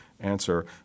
answer